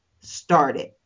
started